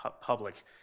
public